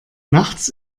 nachts